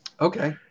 Okay